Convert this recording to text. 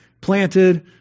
planted